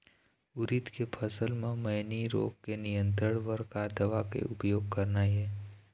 उरीद के फसल म मैनी रोग के नियंत्रण बर का दवा के उपयोग करना ये?